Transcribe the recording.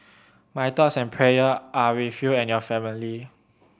my thoughts and prayer are with you and your family